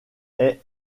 est